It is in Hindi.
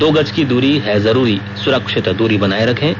दो गज की दूरी है जरूरी सुरक्षित दूरी बनाए रखें